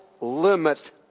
limit